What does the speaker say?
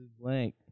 Blank